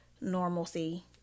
normalcy